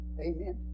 Amen